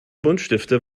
buntstifte